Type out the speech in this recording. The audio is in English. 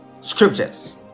scriptures